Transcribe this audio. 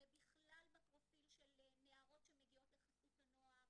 ובכלל בפרופיל של נערות שמגיעות לחסות הנוער,